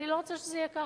אני לא רוצה שזה יהיה כך.